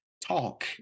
talk